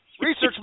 Research